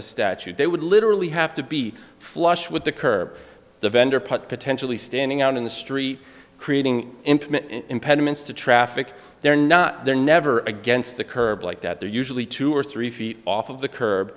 the statute they would literally have to be flush with the curb the vendor potentially standing out in the street creating impediments to traffic they're not they're never against the curb like that they're usually two or three feet off of the curb